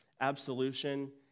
absolution